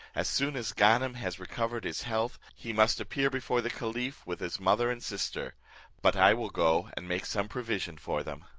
as soon as ganem has recovered his health, he must appear before the caliph, with his mother and sister but i will go and make some provision for them.